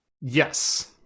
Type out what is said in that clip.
Yes